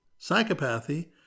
psychopathy